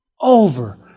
Over